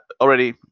already